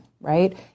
right